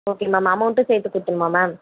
okay ma'am அமௌன்ட்டும் சேர்த்து கொடுத்துருன்னுமா மேம்